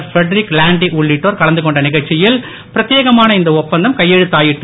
Frederick Landy உள்ளிட்டோர் கலந்து கொண்ட நிகழ்ச்சியில் பிரத்யேகமான இந்த ஒப்பந்தம் கையெழுத்தாயிற்று